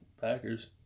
Packers